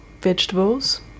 vegetables